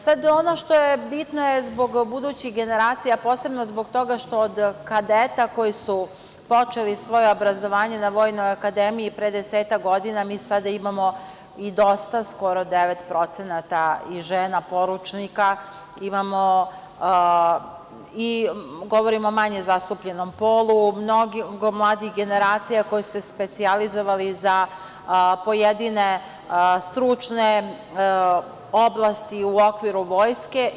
Sada, ono što je bitno, posebno zbog budućih generacija, posebno zbog toga što od kadeta koji su počeli svoje obrazovanje na Vojnoj akademiji pre 10-ak godina, mi sada imamo i dosta, skoro 9% i žena poručnika, imamo i govorim o manje zastupljenom polu, mnogo mladih generacija koje su se specijalizovale za pojedine stručne oblasti u okviru Vojske.